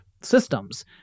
systems